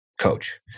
Coach